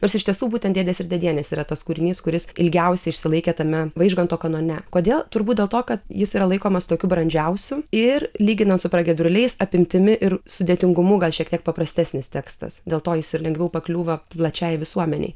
nors iš tiesų būtent dėdės ir dėdienės yra tas kūrinys kuris ilgiausiai išsilaikė tame vaižganto kanone kodėl turbūt dėl to kad jis yra laikomas tokiu brandžiausiu ir lyginant su pragiedruliais apimtimi ir sudėtingumu gal šiek tiek paprastesnis tekstas dėl to jis ir lengviau pakliūva plačiai visuomenei